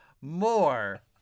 more